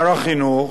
שר החינוך,